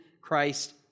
Christ